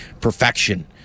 perfection